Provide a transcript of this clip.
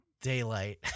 daylight